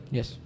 Yes